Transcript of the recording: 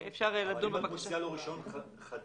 אבל אם את מוציאה לו רישיון חדש,